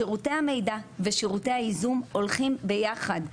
שירותי המידע, ושירותי הייזום הולכים ביחד.